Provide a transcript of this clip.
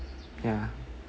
yeah